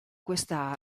questa